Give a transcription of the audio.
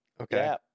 okay